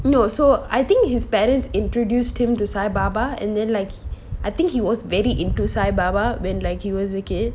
no so I think his parents introduced him to sai baba and then like I think he was very into sai baba when like he was a kid